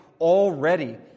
already